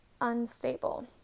unstable